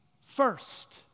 first